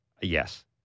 Yes